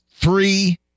Three